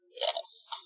Yes